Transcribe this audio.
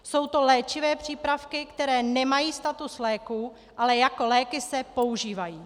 Jsou to léčivé přípravky, které nemají status léků, ale jako léky se používají.